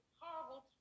horrible